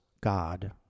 God